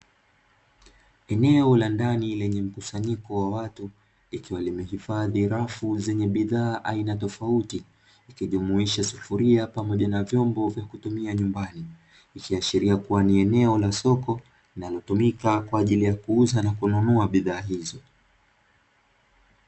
Eneo la ndani lenye mkusanyiko wa watu likiwa limehifadhi rafu zenye bidhaa aina tofauti ikijumuisha sufuria pamoja na vyombo vya kutumia nyumbani, ikiashiria kuwa ni eneo la soko linalotumika kwa ajili ya kuuza na kununua bidhaa hizo.